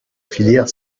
filière